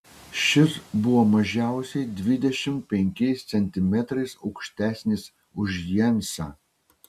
šis buvo mažiausiai dvidešimt penkiais centimetrais aukštesnis už jensą